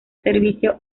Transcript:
servicio